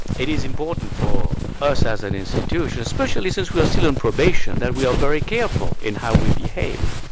it is important for us as an institution, especially since we are still on probation, that we are very careful in how we behave.